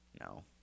No